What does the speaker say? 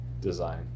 design